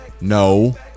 No